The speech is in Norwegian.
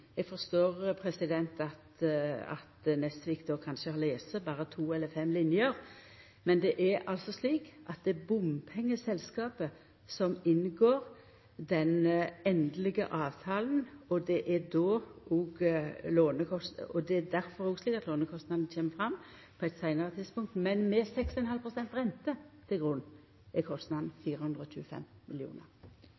at Nesvik kanskje berre har lese to eller fem linjer. Det er slik at det er bompengeselskapet som inngår den endelege avtalen, og det er difor lånekostnadene kjem fram på eit seinare tidspunkt, men med 6,5 pst. rente til grunn er kostnaden